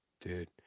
Dude